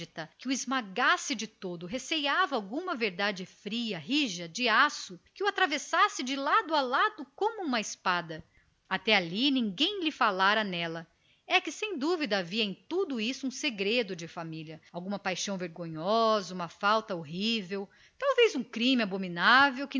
que o esmagasse de todo receava alguma verdade implacável e fria rija de aço que o atravessasse de lado a lado como uma espada até ali ninguém lhe falara nela é que sem dúvida havia em tudo aquilo um segredo de família alguma paixão vergonhosa uma falta horrível talvez um crime abominável